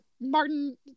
Martin